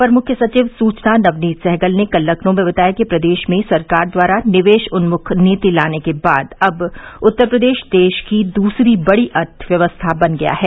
अपर मृख्य सचिव सुचना नवनीत सहगल ने कल लखनऊ में बताया कि प्रदेश में सरकार द्वारा निवेश उन्मुख नीति लाने के बाद अब उत्तर प्रदेश देश की दूसरी बड़ी अर्थव्यवस्था बन गया है